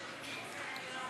28 מתנגדים.